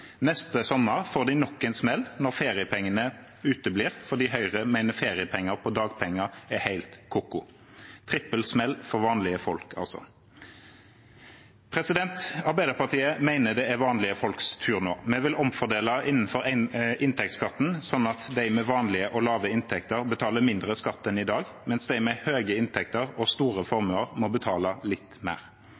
Neste sommer får de nok en smell når feriepengene uteblir fordi Høyre mener feriepenger på dagpenger er «helt ko-ko». Trippelsmell for vanlige folk, altså. Arbeiderpartiet mener det er vanlige folks tur nå. Vi vil omfordele innenfor inntektsskatten slik at de med vanlige og lave inntekter betaler mindre skatt enn i dag, mens de med høye inntekter og store formuer må betale litt mer.